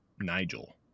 Nigel